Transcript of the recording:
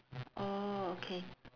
orh okay